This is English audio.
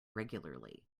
regularly